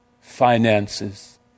finances